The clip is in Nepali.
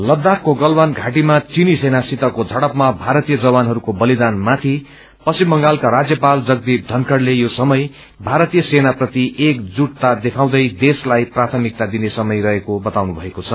लदुदाखको गलवान घाटीमा चीनी सेनासितको झड़पमा भारतीय जवानहरूको बलिदान माथि पश्चिम बंगालका रान्यपाल जगदीप बनखड़ले यो समय भारतीय सेना प्रति एकजुटता देखाउँदै देश्रलाई प्राथमिकता दिने समय रहेको बताउनु भएको छ